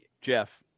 Jeff